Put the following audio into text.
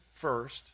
first